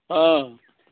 हँ